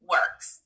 Works